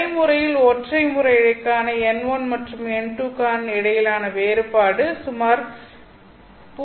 நடைமுறையில் ஒற்றை முறை இழைக்கான n1 மற்றும் n2 க்கு இடையிலான வேறுபாடு சுமார் 0